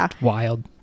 wild